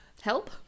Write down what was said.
Help